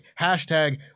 Hashtag